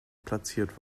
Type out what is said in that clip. platziert